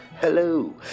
Hello